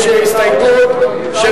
יש הסתייגות של